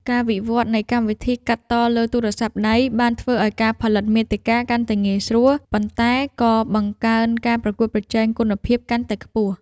ការវិវត្តនៃកម្មវិធីកាត់តលើទូរស័ព្ទដៃ បានធ្វើឱ្យការផលិតមាតិកាកាន់តែងាយស្រួល ប៉ុន្តែក៏បង្កើនការប្រកួតប្រជែងគុណភាពកាន់តែខ្ពស់។